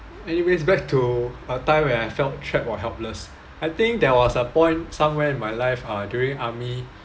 anyways back to a time where I felt trapped or helpless I think there was a point somewhere in my life ah during army